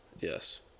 Yes